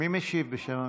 מי משיב בשם הממשלה,